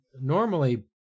normally